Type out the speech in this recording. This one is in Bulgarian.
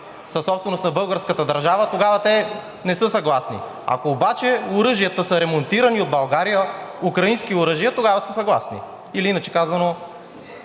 са собственост на българската държава, тогава те не са съгласни. Ако обаче оръжията са ремонтирани в България, украински оръжия, тогава са съгласни. Или иначе казано